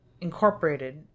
Incorporated